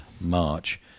March